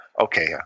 Okay